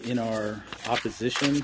you know our opposition